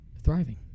Thriving